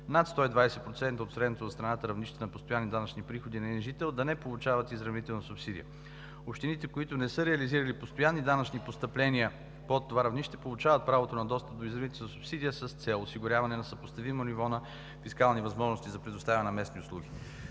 над 120% от средното за страната равнище на постоянни данъчни приходи на един жител, да не получават изравнителна субсидия. Общините, които са реализирали постоянни данъчни постъпления под това равнище, получават право на достъп до изравнителна субсидия с цел осигуряване на съпоставимо ниво на фискални възможности за предоставяне на местни услуги.